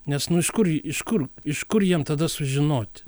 nes nu iš kur ji iš kur iš kur jiem tada sužinoti